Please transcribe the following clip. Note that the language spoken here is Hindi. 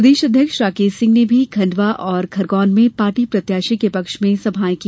प्रदेश अध्यक्ष राकेश सिंह ने भी खंडवा और खरगोन में पार्टी प्रत्याशी के पक्ष में सभाएं की